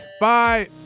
Bye